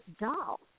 doll